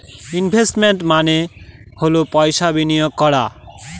investment মানে হল পয়সা বিনিয়োগ করা